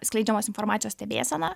skleidžiamos informacijos stebėseną